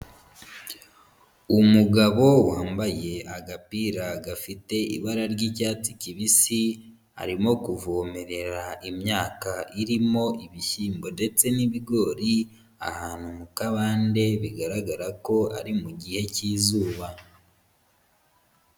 umugabo wambaye agapira gafite ibara ry'icyatsi kibisi arimo kuvomerera imyaka irimo ibishyimbo ndetse n'ibigori ahantu mu kabande bigaragara ko ari mu gihe cyi'izuba.